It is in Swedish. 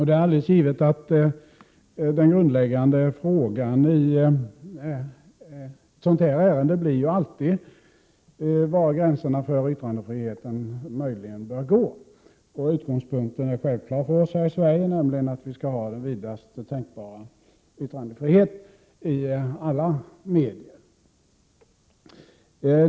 Det är alldeles givet att den grundläggande frågan i ett sådant här ärende alltid blir var gränserna för yttrandefriheten möjligen bör gå. Utgångspunkten är självklar för oss här i Sverige, nämligen att vi skall ha vidast tänkbara yttrandefrihet i alla medier.